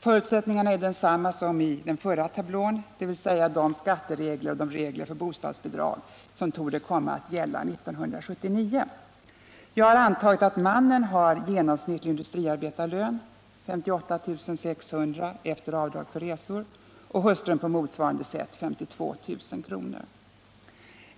Förutsättningarna är desamma som i den förra tablån, dvs. de skatteregler och regler för bostadsbidrag som torde komma att gälla 1979. Jag har antagit att mannen har genomsnittlig industriarbetarlön, 58 600 kr. efter avdrag för resor, och hustrun på motsvarande sätt 52 000 kr.